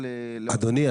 אדוני,